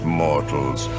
mortals